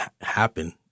happen